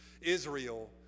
Israel